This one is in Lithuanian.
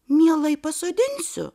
mielai pasodinsiu